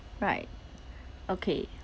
right okay